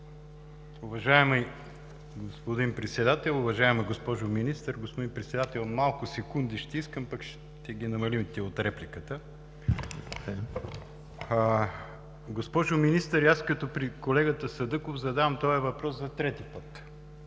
Уважаеми господин Председател, уважаема госпожо Министър! Господин Председател, малко секунди ще искам, пък ще ги намалим от репликата. Госпожо Министър, и аз като колегата Садъков задавам този въпрос за трети път.